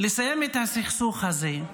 לסיים את הסכסוך הזה.